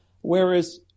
Whereas